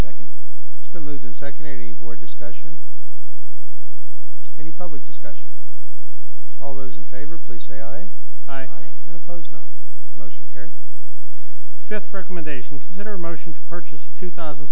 second it's been moved and seconded to a board discussion any public discussion all those in favor please say ok i oppose no motion care fifth recommendation consider motion to purchase a two thousand